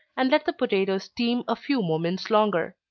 and let the potatoes steam a few moments longer